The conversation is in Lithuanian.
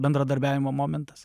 bendradarbiavimo momentas